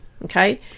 Okay